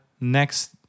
next